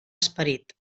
esperit